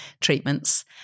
treatments